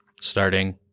starting